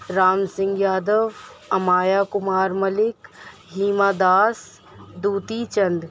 Ram Singh Yadav Amiya Kumar Mallick Hima Das Dutee Chand